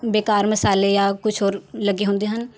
ਬੇਕਾਰ ਮਸਾਲੇ ਜਾਂ ਕੁਛ ਔਰ ਲੱਗੇ ਹੁੰਦੇ ਹਨ